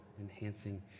enhancing